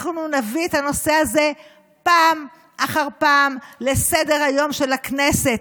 אנחנו נביא את הנושא הזה פעם אחר פעם לסדר-היום של הכנסת,